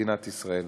במדינת ישראל.